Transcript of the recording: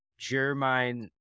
Jermaine